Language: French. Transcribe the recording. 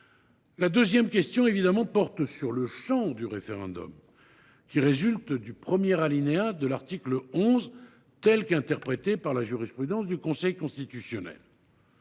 La deuxième question porte évidemment sur le champ du référendum, qui résulte du premier alinéa de l’article 11 tel qu’interprété par la jurisprudence du Conseil constitutionnel.